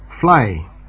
fly